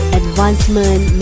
advancement